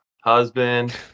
husband